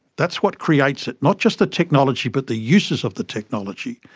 that's what creates it, not just the technology but the uses of the technology,